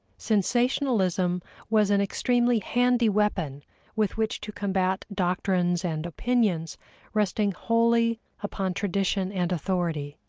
sensationalism was an extremely handy weapon with which to combat doctrines and opinions resting wholly upon tradition and authority.